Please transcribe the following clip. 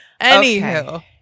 Anywho